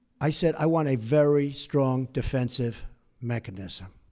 i said i want a very strong defensive mechanism.